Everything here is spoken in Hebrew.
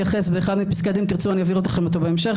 וכל מי שטוען שהניסיון לתקן הוא ניסיון להחליש את מערכת המשפט,